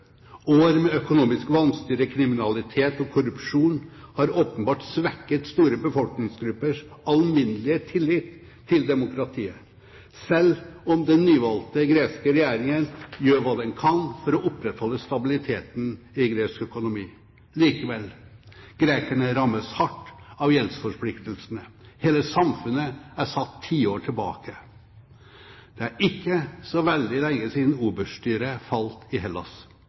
År med økonomisk vanstyre, kriminalitet og korrupsjon har åpenbart svekket store befolkningsgruppers alminnelige tillit til demokratiet, selv om den nyvalgte greske regjeringen gjør hva den kan for å opprettholde stabiliteten i gresk økonomi. Likevel, grekerne rammes hardt av gjeldsforpliktelsene. Hele samfunnet er satt tiår tilbake. Det er ikke så veldig lenge siden oberststyret falt i Hellas.